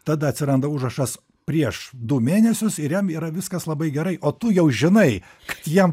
tada atsiranda užrašas prieš du mėnesius ir jam yra viskas labai gerai o tu jau žinai kad jam